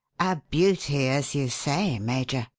a beauty, as you say, major,